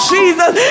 Jesus